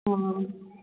ꯑꯣ